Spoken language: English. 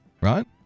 right